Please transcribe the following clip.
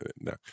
no